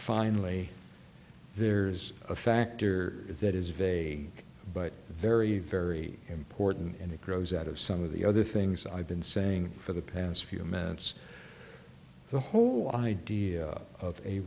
finally there's a factor that is vague but very very important and it grows out of some of the other things i've been saying for the past few minutes the whole idea of a